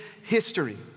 history